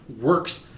works